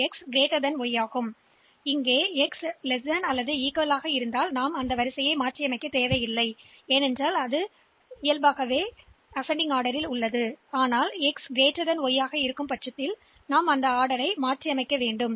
எனவே x குறைவாகவோ அல்லது சமமாகவோ இருந்தால் நாம் எதுவும் செய்யத் தேவையில்லை x ஏற்கனவே y ஐ விட அதிகமாக இருந்தால் அவை ஏற்கனவே சரியான வரிசையில் இல்லை அந்த வழக்கில் நீங்கள் வரிசையை மாற்ற வேண்டும்